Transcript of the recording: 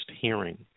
hearing